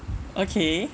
okay